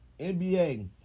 NBA